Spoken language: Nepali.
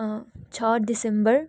छः दिसम्बर